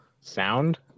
sound